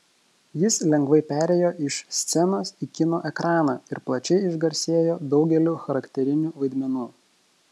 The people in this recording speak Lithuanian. jis lengvai perėjo iš scenos į kino ekraną ir plačiai išgarsėjo daugeliu charakterinių vaidmenų